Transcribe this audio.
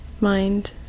mind